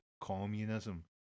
Communism